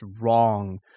wrong